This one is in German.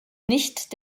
nicht